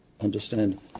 understand